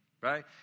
right